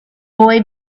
boy